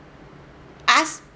us